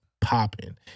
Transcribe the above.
popping